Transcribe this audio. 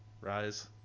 Rise